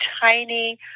tiny